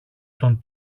τον